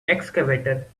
excavator